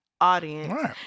audience